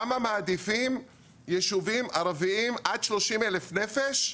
למה מעדיפים יישובים ערביים עד 30,000 נפש?